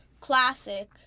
classic